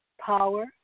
Power